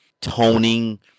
toning